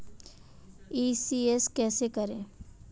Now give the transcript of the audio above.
ECS कैसे करें?